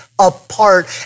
apart